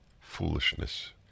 foolishness